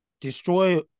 destroy